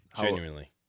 genuinely